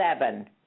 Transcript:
seven